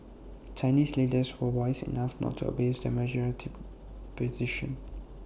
Chinese leaders were wise enough not to abuse their majority position